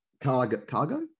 cargo